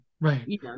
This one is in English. right